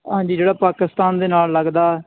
ਹਾਂਜੀ ਜਿਹੜਾ ਪਾਕਿਸਤਾਨ ਦੇ ਨਾਲ ਲੱਗਦਾ